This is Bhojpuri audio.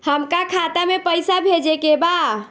हमका खाता में पइसा भेजे के बा